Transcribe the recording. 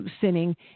sinning